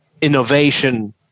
innovation